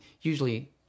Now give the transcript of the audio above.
usually